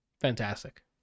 Fantastic